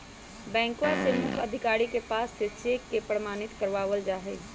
बैंकवा के मुख्य अधिकारी के पास से चेक के प्रमाणित करवावल जाहई